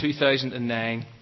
2009